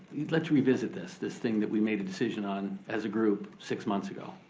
let's revisit this, this thing that we made a decision on as a group six months ago.